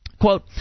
Quote